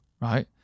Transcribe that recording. right